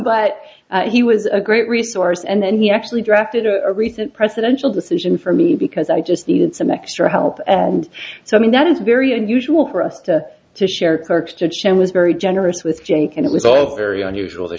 but he was a great resource and then he actually drafted a recent presidential decision for me because i just needed some extra help and so i mean that is very unusual for us to to share clerks to chair was very generous with jake and it was all very unusual t